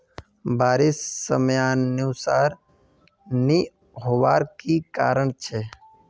बारिश समयानुसार नी होबार की कारण छे?